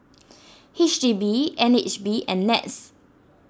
H D B N H B and Nets